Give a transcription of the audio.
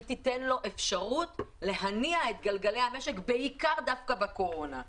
היא תיתן לו אפשרות להניע את גלגלי המשק בעיקר דווקא בתקופת הקורונה.